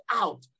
out